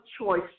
choice